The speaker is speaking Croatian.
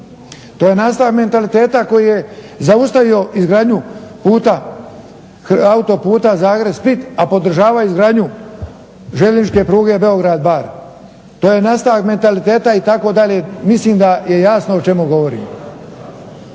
To je nastavak mentaliteta koji je zaustavio izgradnju puta, autoputa Zagreb-Split, a podržavao je izgradnju željezničke pruge Beograd – Bar. To je nastavak mentaliteta itd. Mislim da je jasno o čemu govorim.